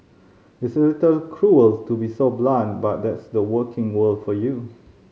it's a little cruel to be so blunt but that's the working world for you